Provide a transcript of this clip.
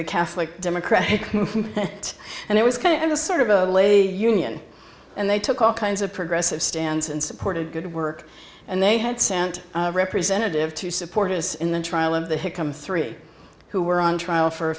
the catholic democratic and it was kind of a sort of a labor union and they took all kinds of progressive stands and supported good work and they had sent a representative to support us in the trial of the hickam three who were on trial for